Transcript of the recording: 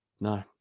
no